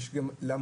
יש גם למורים.